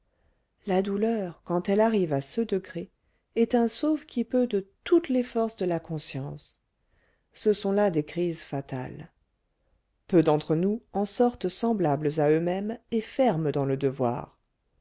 la douleur quand elle arrive à ce degré est un sauve-qui-peut de toutes les forces de la conscience ce sont là des crises fatales peu d'entre nous en sortent semblables à eux-mêmes et fermes dans le devoir